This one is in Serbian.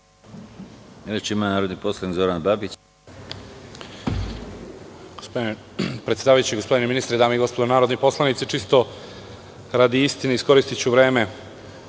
Hvala,